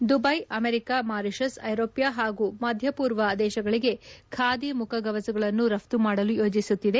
Dubai America Mauritius ಐರೋಪ್ಯ ಹಾಗೂ ಮಧ್ಯಪೂರ್ವ ದೇಶಗಳಿಗೆ ಖಾದಿ ಮುಖಗವಸುಗಳನ್ನು ರಫ್ತು ಮಾಡಲು ಯೋಜಿಸುತ್ತಿದೆ